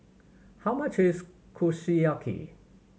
how much is Kushiyaki